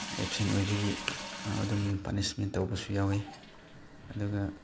absent ꯑꯣꯏꯕꯒꯤ ꯑꯗꯨꯝ punishment ꯇꯧꯕꯁꯨ ꯌꯥꯎꯏ ꯑꯗꯨꯒ